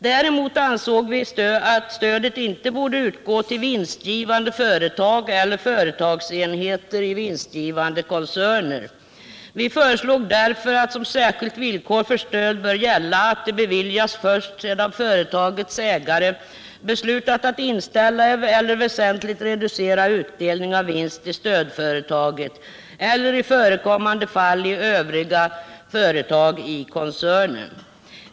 Däremot ansåg vi att stöd inte borde utgå till vinstgivande företag eller företagsenheter i vinstgivande koncerner. Vi föreslog därför att som särskilt villkor för stöd bör gälla att det beviljas först sedan företagets ägare beslutat att inställa eller väsentligt reducera utdelning av vinst i stödföretaget eller i förekommande fall i övriga företag i koncernen.